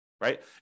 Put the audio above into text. right